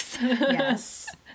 Yes